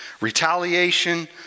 retaliation